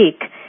week